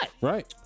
Right